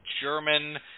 German